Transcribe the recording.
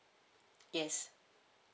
yes